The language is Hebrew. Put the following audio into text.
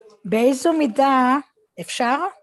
באיזו מידה אפשר?